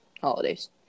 holidays